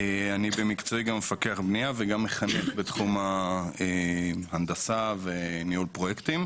אני במקצועי גם מפקח בנייה וגם מחנך בתחום ההנדסה וניהול פרויקטים,